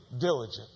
diligent